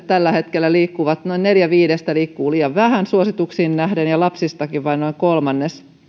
tällä hetkellä noin neljä viidestä liikkuu liian vähän suosituksiin nähden ja lapsistakin vain noin kolmannes